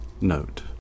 note